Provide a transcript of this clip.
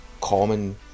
common